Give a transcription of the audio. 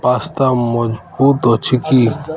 pasta ମହଜୁଦ ଅଛି କି